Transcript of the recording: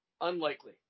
Unlikely